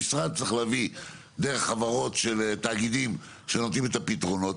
המשרד צריך להביא דרך חברות של תאגידים שנותנים את הפתרונות,